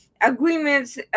agreements